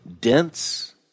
dense